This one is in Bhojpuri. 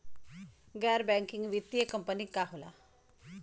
गैर बैकिंग वित्तीय कंपनी का होला?